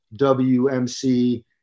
WMC